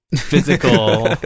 physical